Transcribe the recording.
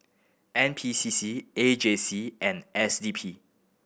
N P C C A J C and S D P